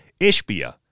Ishbia